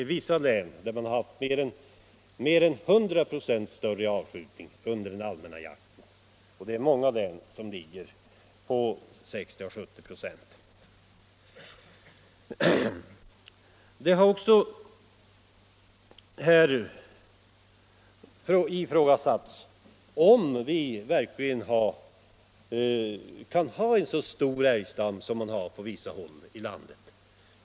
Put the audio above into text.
I vissa län har man haft mera än 100 96 större avskjutning under den allmänna jakten, och i många län har avskjutningen varit 60-70 96 större. Det har också här ifrågasatts om vi verkligen kan ha en så stor älgstam som finns på vissa håll i landet.